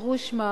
הוזכרו שמותיהם,